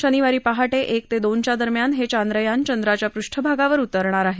शनिवारी पहाटे एक ते दोनच्या दरम्यान हे चांद्रयान चंद्राच्या पृष्ठभागावर उतरणार आहे